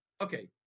okay